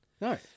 No